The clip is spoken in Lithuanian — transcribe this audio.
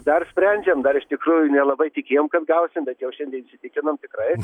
dar sprendžiam dar iš tikrųjų nelabai tikėjom kad gausim bet jau šiandien įsitikinom tikrai